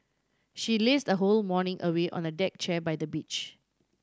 she lazed her whole morning away on a deck chair by the beach